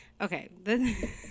okay